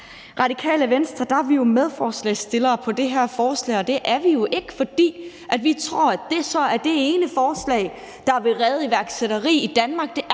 Radikale Venstre er vi jo medforslagsstillere på det her forslag, og det er vi jo ikke, fordi vi tror, at det så er det ene forslag, der vil redde iværksætteri i Danmark. Det er